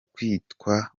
kwitwa